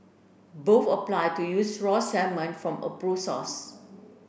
both apply to use raw salmon from approve source